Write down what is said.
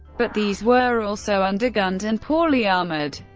but these were also under-gunned and poorly armoured.